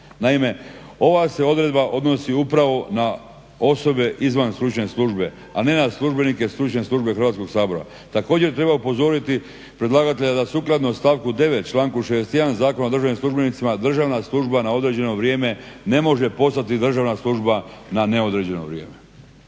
Naime, ova se odredba odnosi upravo na osobe izvan Stručne službe, a ne na službenike Stručne službe Hrvatskog sabora. također treba upozoriti predlagatelja da sukladno stavku 9. članku 61. Zakona o državnim službenicima državna služba na određeno vrijeme ne može postati državna služba na neodređeno vrijeme.